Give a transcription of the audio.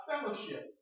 fellowship